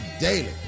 daily